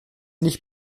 nicht